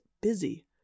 busy